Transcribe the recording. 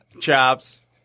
chops